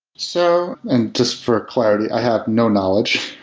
so and just for clarity, i have no knowledge.